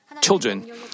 Children